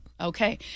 Okay